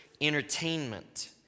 entertainment